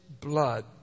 blood